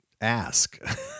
ask